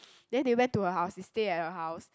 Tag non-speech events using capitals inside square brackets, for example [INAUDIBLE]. [NOISE] then they went to her house they stay at her house